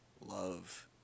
love